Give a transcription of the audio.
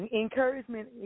Encouragement